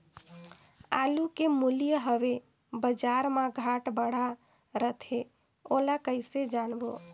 आलू के मूल्य हवे बजार मा घाट बढ़ा रथे ओला कइसे जानबो?